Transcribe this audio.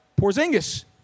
Porzingis